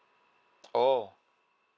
oh